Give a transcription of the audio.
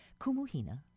Kumuhina